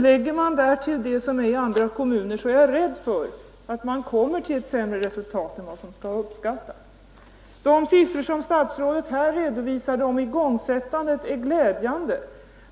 Lägger man därtill motsvarande siffror från andra kommuner, fruktar jag att man kommer till ett annat resultat än vad som uppskattats. De siffror som statsrådet här redovisade om igångsättandet är glädjande.